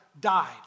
died